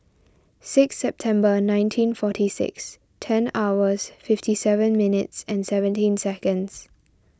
six September nineteen forty six ten hours fifty seven minutes and seventeen seconds